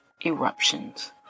eruptions